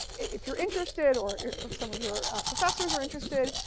if you're interested or or some of your professors are interested,